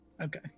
Okay